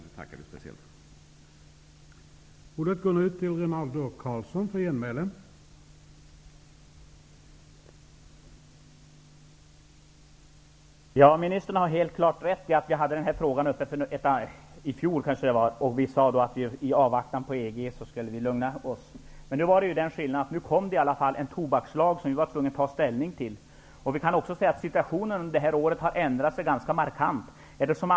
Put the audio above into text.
Det tackar vi speciellt för.